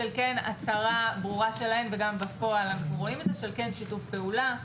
יש הצהרה ברורה שלהן וגם בפועל רואים שיתוף פעולה.